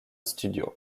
studios